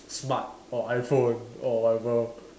smart or iPhone or whatever